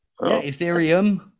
ethereum